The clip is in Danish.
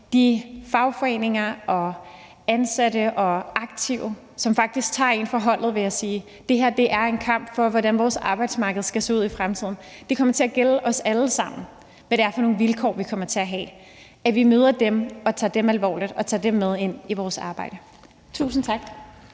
de fagforeninger og ansatte og aktive, som faktisk tager en for holdet ved at sige: Det her er en kamp for, hvordan vores arbejdsmarked skal se ud i fremtiden; det kommer til at gælde os alle sammen, hvad det er for nogle vilkår, vi kommer til at have. Og jeg håber, at vi tager dem alvorligt og tager dem med ind i vores arbejde. Tusind tak.